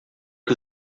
que